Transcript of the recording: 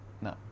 No